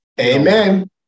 Amen